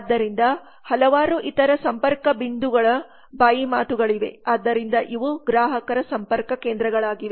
ಆದ್ದರಿಂದ ಹಲವಾರು ಇತರ ಸಂಪರ್ಕ ಬಿಂದುಗಳ ಬಾಯಿ ಮಾತುಗಳಿವೆ ಆದ್ದರಿಂದ ಇವು ಗ್ರಾಹಕರ ಸಂಪರ್ಕ ಕೇಂದ್ರಗಳಾಗಿವೆ